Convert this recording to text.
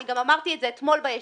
אני גם אמרתי את זה אתמול בישיבה.